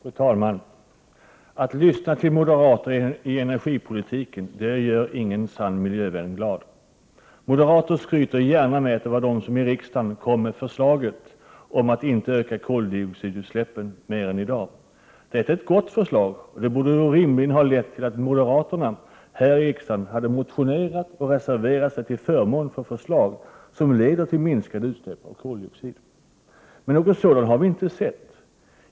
Fru talman! Att lyssna till moderaters inlägg i energidebatten gör ingen sann miljövän glad. Moderater skryter gärna med att det var moderaterna som i riksdagen kom med förslaget om att vi inte skall öka koldioxidutsläppen över dagens nivå. Det är ett gott förslag, och det borde rimligen ha lett till att moderaterna här i riksdagen avgett motioner och reservationer till förmån för ett förslag som leder till minskade utsläpp av koldioxid. Men något sådant har vi inte sett.